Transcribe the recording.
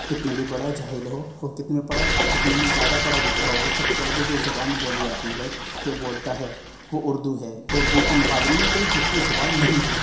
کتنا بھی بڑا جاہل ہو وہ کتنا پڑھا کتنی بھی زیادہ پڑھا لکھا ہو وہ سب سے زیادہ جو زبان بولی جاتی ہے جو بولتا ہے وہ اردو ہے اردو کے مقابلے میں کوئی دوسری زبان نہیں ہیں